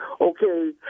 okay